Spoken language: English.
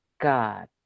god